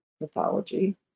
mythology